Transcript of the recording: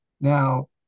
Now